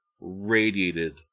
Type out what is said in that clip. radiated